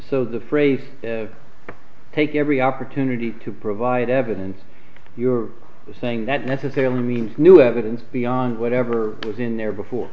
so the phrase take every opportunity to provide evidence you're saying that necessarily means new evidence beyond whatever was in there before